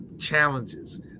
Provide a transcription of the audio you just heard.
challenges